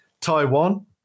Taiwan